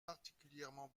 particulièrement